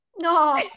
no